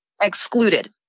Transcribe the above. excluded